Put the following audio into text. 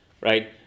Right